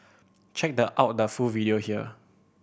check the out the full video here